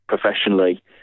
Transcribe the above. professionally